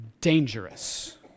dangerous